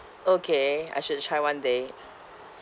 okay I should try one day